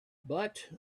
but